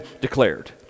declared